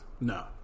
No